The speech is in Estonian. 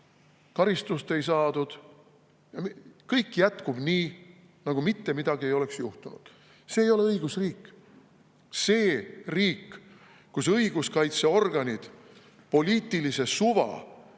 karistust ei saadud ja kõik jätkub nii, nagu mitte midagi ei oleks juhtunud. See ei ole õigusriik. See on riik, kus õiguskaitseorganid poliitilise suva